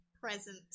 present